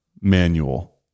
manual